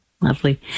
Lovely